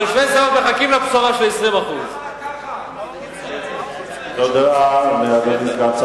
תושבי שדרות מחכים לבשורה של 20%. למה לקחת?